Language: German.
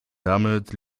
damit